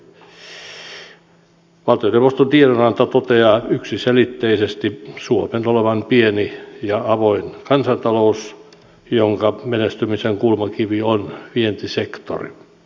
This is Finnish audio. valtioneuvoston tiedonanto toteaa yksiselitteisesti suomen olevan pieni ja avoin kansantalous jonka menestymisen kulmakivi on vientisektori